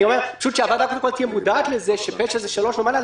אני אומר פשוט שהוועדה תהיה מודעת לזה שפשע זה 3 שנים ומעלה.